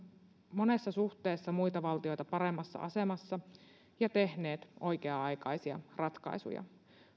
monessa suhteessa muita valtioita paremmassa asemassa ja tehneet oikea aikaisia ratkaisuja